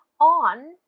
on